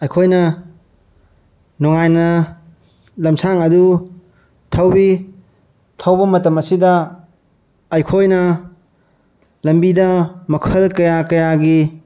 ꯑꯩꯈꯣꯏꯅ ꯅꯨꯡꯉꯥꯏꯅ ꯂꯝꯁꯥꯡ ꯑꯗꯨ ꯊꯧꯏ ꯊꯧꯕ ꯃꯇꯝ ꯑꯁꯤꯗ ꯑꯩꯈꯣꯏꯅ ꯂꯝꯕꯤꯗ ꯃꯈꯜ ꯀꯌꯥ ꯀꯌꯥꯒꯤ